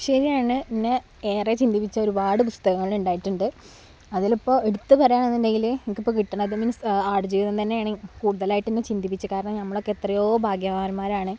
ശരിയാണ് എന്നേ ഏറെ ചിന്തിപ്പിച്ച ഒരുപാട് പുസ്തകങ്ങൾ ഉണ്ടായിട്ടുണ്ട് അതിലിപ്പോൾ എടുത്തു പറയുകയാണെന്നുണ്ടെങ്കിൽ എനിക്ക് ഇപ്പം കിട്ടണത് മീന്സ് ആട് ജീവിതം തന്നെയാണ് കൂടുതലായിട്ടെന്നെ ചിന്തിപ്പിച്ചത് കാരണം ഞമ്മളൊക്കെ എത്രയോ ഭാഗ്യവാന്മാരാണ്